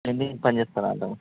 painting పని చేస్తారా అంటున్నాను